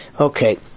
Okay